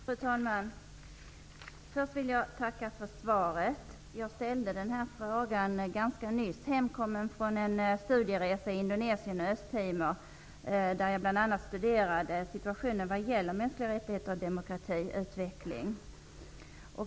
Fru talman! Först vill jag tacka för svaret. Jag ställde den här frågan ganska nyss hemkommen från en studieresa i Indonesien och Östtimor, där jag bl.a. studerade situationen vad gäller mänskliga rättigheter och demokratiutveckling.